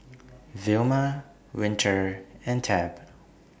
Vilma Winter and Tab